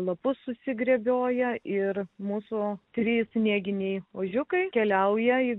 lapus susigrebioja ir mūsų trys snieginiai ožiukai keliauja į